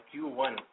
Q1